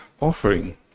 offering